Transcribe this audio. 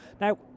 now